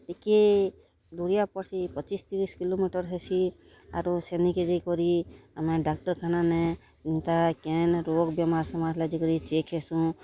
ଟିକେ ଦୁରିଆ ପଡ୍ସି ପଚିଶ୍ ତିରିଶ୍ କିଲୋମିଟର୍ ହେସି ଆରୁ ସେନିକେ ଯାଇକରି ଆମେ ଡାକ୍ତରଖାନାନେ ଏନ୍ତା କେନ୍ ରୋଗ୍ ବେମାର୍ ସେମାର୍ ଯାଇକରି ଚେକ୍ ହେସୁଁ